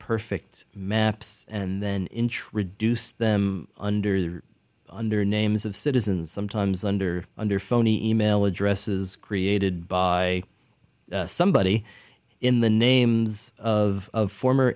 perfect maps and then introduce them under under names of citizens sometimes under under phony email addresses created by somebody in the names of former